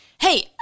Hey